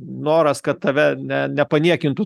noras kad tave ne nepaniekintų